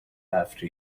after